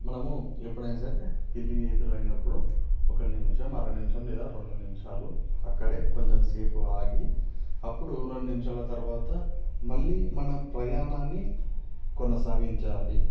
మనము ఎప్పుడైనా సరే పిల్లి ఎదురైనప్పుడు ఒక నిమిషం అర నిమిషం లేదా రెండు నిమిషాలు అక్కడే కొంచెం సేపు ఆగి అప్పుడు రెండు నిమిషాల తర్వాత మళ్ళీ మన ప్రయాణాన్ని కొనసాగించాలి